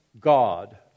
God